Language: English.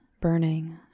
burning